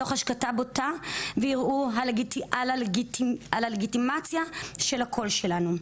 תוך השקטה בוטה וערעור על הלגיטימציה של הקול שלנו.